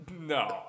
no